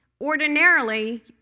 ordinarily